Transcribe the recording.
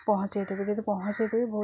ପହଞ୍ଚାଇଦେବେ ଯଦି ପହଞ୍ଚାଇଦେବେ